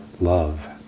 love